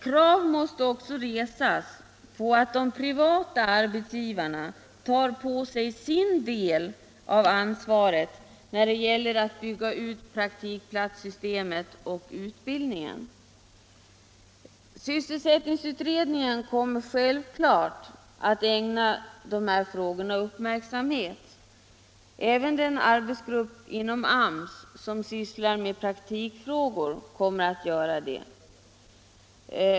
Krav måste också resas på att de privata arbetsgivarna tar på sig sin del av ansvaret när det gäller att bygga ut praktikplatssystemet och utbildningen. Sysselsättningsutredningen kommer självklart att ägna de här frågorna uppmärksamhet. Även den arbetsgrupp inom AMS som sysslar med praktikfrågor kommer att göra det.